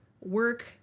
work